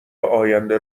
آینده